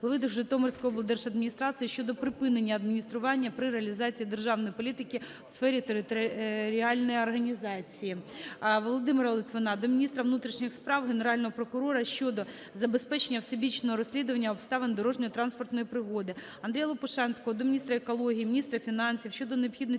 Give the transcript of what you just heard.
голови Житомирської облдержадміністрації щодо припинення адміністрування при реалізації державної політики у сфері територіальної організації. Володимира Литвина до міністра внутрішніх справ, Генерального прокурора щодо забезпечення всебічного розслідування обставин дорожньо-транспортної пригоди. Андрія Лопушанського до міністра екології, міністра фінансів щодо необхідності